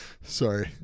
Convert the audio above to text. Sorry